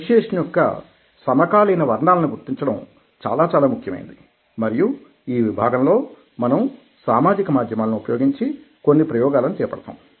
persuasion యొక్క సమకాలీన వర్ణాలని గుర్తించడం చాలా చాలా ముఖ్యమైనది మరియు ఈ విభాగంలో మనం సామాజిక మాధ్యమాలను ఉపయోగించి కొన్ని ప్రయోగాలని చేపడతాం